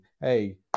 hey